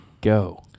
go